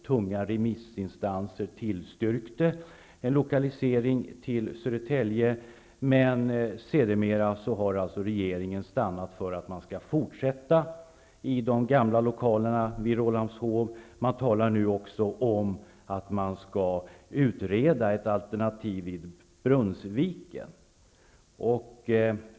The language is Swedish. Tunga remissinstanser tillstyrkte en lokalisering till Södertälje, men sedermera har regeringen stannat för att man skall fortsätta att utnyttja de gamla lokalerna vid Man talar nu också om att man skall utreda ett alternativ i Brunnsviken.